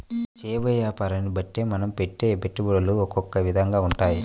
చేయబోయే యాపారాన్ని బట్టే మనం పెట్టే పెట్టుబడులు ఒకొక్క విధంగా ఉంటాయి